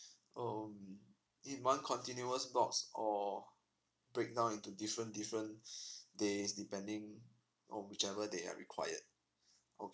oh um in one continuous block or break down into different different days depending on whichever they are required